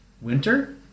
winter